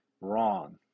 wrong